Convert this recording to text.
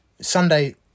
Sunday